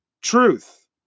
truth